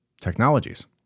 technologies